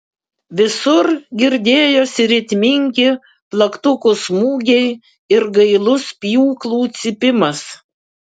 visur girdėjosi ritmingi plaktukų smūgiai ir gailus pjūklų cypimas